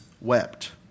wept